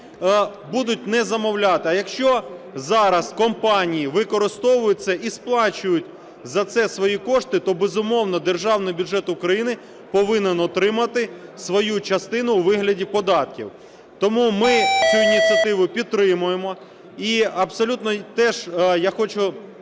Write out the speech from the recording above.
будуть не замовляти. А якщо зараз компанії використовують це і сплачують за це свої кошти, то, безумовно, державний бюджет України повинен отримати свою частину у вигляді податків. Тому ми цю ініціативу підтримуємо, і абсолютно теж я хочу